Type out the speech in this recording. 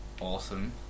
awesome